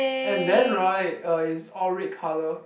and then right uh is all red colour